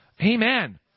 Amen